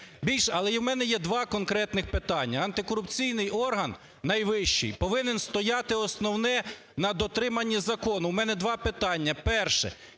Але в мене є два конкретних питання. Антикорупційний орган найвищий повинен стояти основне на дотриманні закону. У мене два питання. Перше.